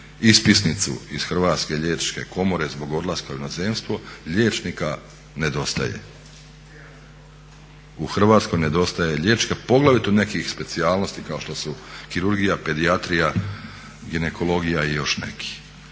ispisnicu Hrvatske liječničke komore zbog odlaska u inozemstvo liječnika nedostaje. U Hrvatskoj nedostaje liječnika, poglavito nekih specijalnosti kao što su kirurgija, pedijatrija, ginekologija i još neki.